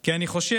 כי אני חושב